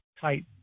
tight